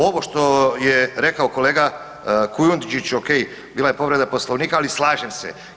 Ovo što je rekao kolega Kujundžić, okej, bila je povreda Poslovnika, ali slažem se.